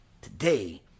Today